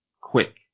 quick